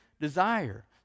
desire